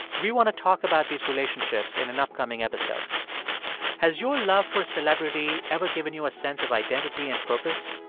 we want to talk about these relationships in an upcoming episode has your love for a celebrity ever given you a sense of identity or and purpose?